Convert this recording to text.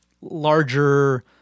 larger